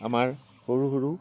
আমাৰ সৰু সৰু